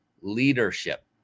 leadership